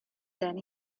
then